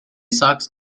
sachs